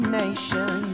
nation